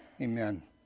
Amen